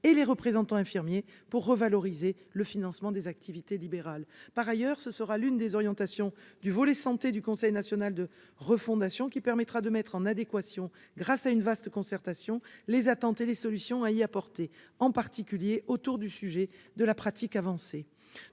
et les représentants infirmiers pour revaloriser le financement des activités libérales. Par ailleurs, l'une des orientations du volet santé du Conseil national de la refondation consistera à mettre en adéquation, grâce à une vaste concertation, les attentes et les solutions à y apporter, en particulier autour de la question de la pratique avancée.